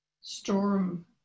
storm